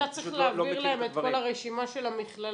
אתה צריך להעביר להם את כל הרשימה של המכללות,